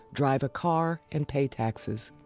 drive a car, and pay taxes.